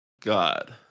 God